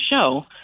show